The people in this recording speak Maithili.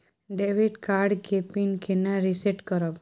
डेबिट कार्ड के पिन केना रिसेट करब?